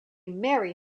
merry